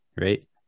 right